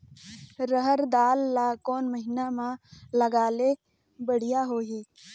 रहर दाल ला कोन महीना म लगाले बढ़िया होही?